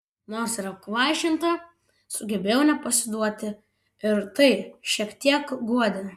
nors ir apkvaišinta sugebėjau nepasiduoti ir tai šiek tiek guodė